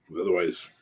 otherwise